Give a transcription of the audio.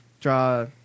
draw